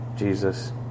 Jesus